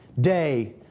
day